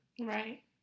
Right